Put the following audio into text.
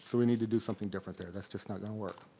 so we need to do something different there. that's just not gonna work.